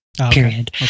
Period